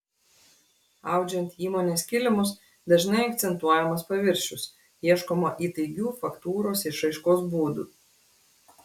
audžiant įmonės kilimus dažnai akcentuojamas paviršius ieškoma įtaigių faktūros išraiškos būdų